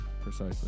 Precisely